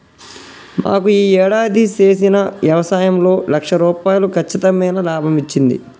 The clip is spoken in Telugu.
మాకు యీ యేడాది చేసిన యవసాయంలో లక్ష రూపాయలు కచ్చితమైన లాభమచ్చింది